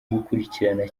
gukurikirana